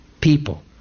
people